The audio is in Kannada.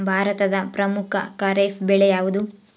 ಭಾರತದ ಪ್ರಮುಖ ಖಾರೇಫ್ ಬೆಳೆ ಯಾವುದು?